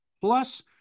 plus